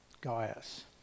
Gaius